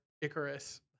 Icarus